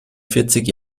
vierzig